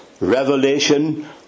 revelation